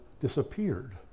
disappeared